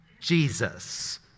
Jesus